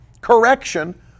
correction